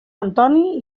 antoni